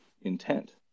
intent